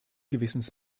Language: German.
gewissens